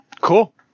Cool